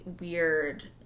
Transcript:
weird